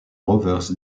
rovers